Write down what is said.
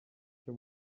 icyo